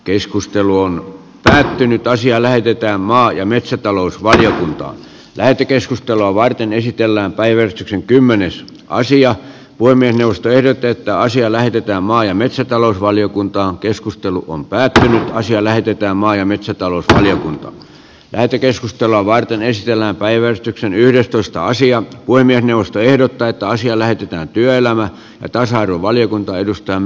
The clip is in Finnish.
keskustelu on päättynyt asia lähetetään maa ja metsätalousvaliokunta lähetekeskustelua varten esitellään päivystyksen kymmenessä aistia poimienius töiden teettää asia lähetetään maa ja metsätalousvaliokuntaan keskustelu kun päätän asia lähetetään maa ja metsätalousvaliokunta lähetekeskustelua varten ne siellä päiväystyksen yhdestoista sija voimien puhemiesneuvosto ehdottaa että asia lähetetään työelämä ja tasa arvovaliokuntaan